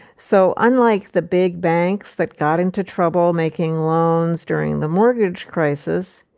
so unlike the big banks that got into trouble making loans during the mortgage crisis,